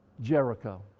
Jericho